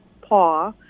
paw